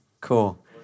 Cool